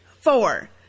Four